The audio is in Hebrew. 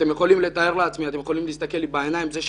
אתם יכולים להסתכל לי בעיניים ולתאר לעצמכם